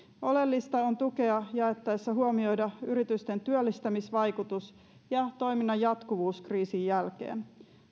oleellista on tukea jaettaessa huomioida yritysten työllistämisvaikutus ja toiminnan jatkuvuus kriisin jälkeen